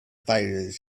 fires